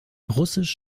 russisch